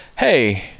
Hey